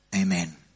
Amen